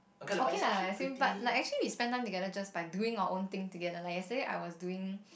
okay lah as in but like actually we spend time together just by doing our own thing together like yesterday I was doing